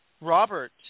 Robert